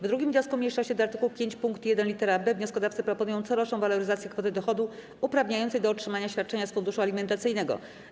W 2. wniosku mniejszości do art. 5 pkt 1 lit. b wnioskodawcy proponują coroczną waloryzację kwoty dochodu uprawniającej do otrzymania świadczenia z funduszu alimentacyjnego.